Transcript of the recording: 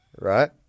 right